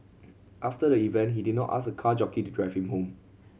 after the event he did not ask a car jockey to drive him home